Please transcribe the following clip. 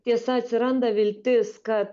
tiesa atsiranda viltis kad